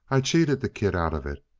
i cheated the kid out of it.